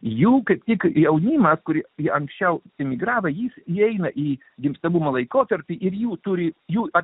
jų kaip į jaunimą kurie į anksčiau imigravo jis įeina į gimstamumo laikotarpį ir jų turi jų